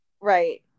Right